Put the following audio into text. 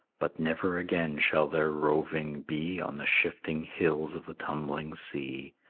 but never again shall their roving be on the shifting hills of the tumbling sea,